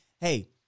hey